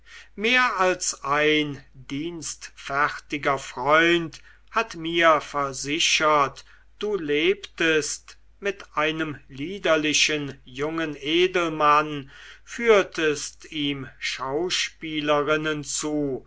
mehr als ein dienstfertiger freund hat mir versichert du lebtest mit einem liederlichen jungen edelmann führtest ihm schauspielerinnen zu